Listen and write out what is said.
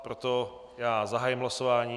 Proto zahájím hlasování.